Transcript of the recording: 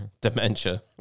dementia